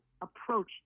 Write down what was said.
approach